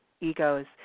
egos